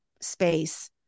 space